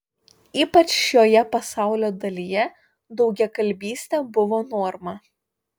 ypač šioje pasaulio dalyje daugiakalbystė buvo norma